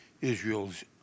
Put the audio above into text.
Israel's